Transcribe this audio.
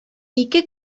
ике